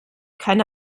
keine